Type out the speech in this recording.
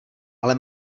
ale